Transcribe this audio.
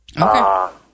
Okay